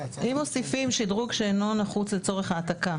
אם מוסיפים 'שדרוג שלא נחוץ להעתקה'?